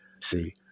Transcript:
See